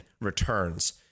returns